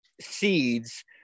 seeds